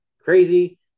crazy